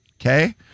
okay